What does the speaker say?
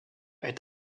est